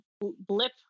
blip